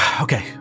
Okay